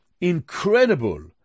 incredible